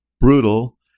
brutal